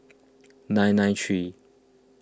nine nine three